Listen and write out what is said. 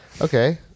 okay